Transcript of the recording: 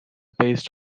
based